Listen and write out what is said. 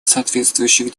соответствующие